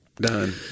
done